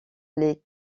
les